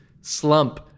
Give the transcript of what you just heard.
slump